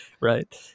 right